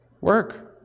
Work